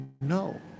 no